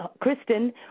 Kristen